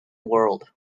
world